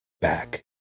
back